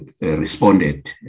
responded